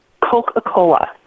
Coca-Cola